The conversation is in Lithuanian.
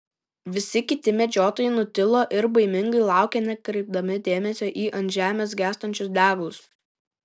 visi kiti medžiotojai nutilo ir baimingai laukė nekreipdami dėmesio į ant žemės gęstančius deglus